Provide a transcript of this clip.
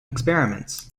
experiments